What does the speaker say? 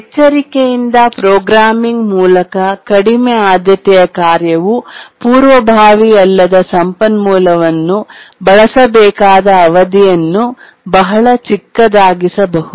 ಎಚ್ಚರಿಕೆಯಿಂದ ಪ್ರೋಗ್ರಾಮಿಂಗ್ ಮೂಲಕ ಕಡಿಮೆ ಆದ್ಯತೆಯ ಕಾರ್ಯವು ಪೂರ್ವಭಾವಿ ಅಲ್ಲದ ಸಂಪನ್ಮೂಲವನ್ನು ಬಳಸಬೇಕಾದ ಅವಧಿಯನ್ನು ಬಹಳ ಚಿಕ್ಕದಾಗಿಸಬಹುದು